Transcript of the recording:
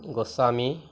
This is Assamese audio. গোস্বামী